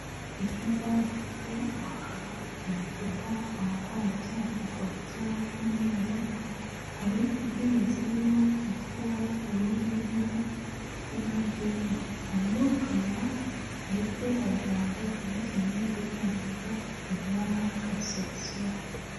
Icyumba gifite amakaro, ibikuta, amatara ndetse na parafo bifite ibara ry'umweru, hari intebe zirimo zifite ibara ry'ubururu n'izindi zifite ibara ry'ivu, harimo kamera ndetse hari ijambo ryanditse mu ururimi rw'icyongereza rivuga ngo resebusiyo.